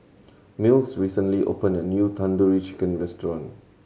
Mills recently opened a new Tandoori Chicken Restaurant